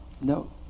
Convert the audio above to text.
no